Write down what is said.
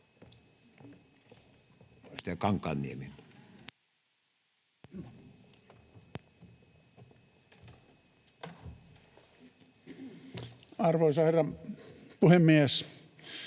Arvoisa herra puhemies!